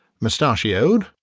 mustachioed,